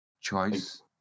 choice